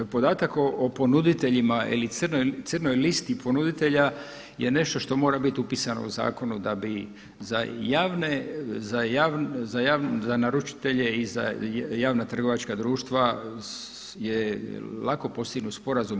Podatak o ponuditeljima ili crnoj listi ponuditelja je nešto što mora biti upisano u zakonu da bi za javne, za naručitelje i za javna trgovačka društva je lako postignut sporazum.